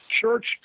Church